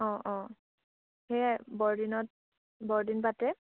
অঁ অঁ সেয়াই বৰদিনত বৰদিন পাতে